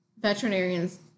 veterinarians